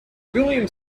william